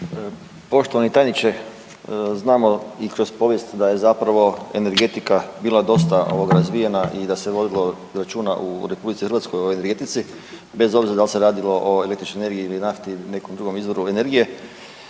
Poštovani tajniče znamo i kroz povijest da je zapravo energetika bila dosta razvijena i da se vodilo računa u RH o energetici bez obzira da li se je radilo o električnoj energiji ili nafti ili nekom drugom izvoru energije